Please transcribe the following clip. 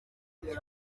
umuntu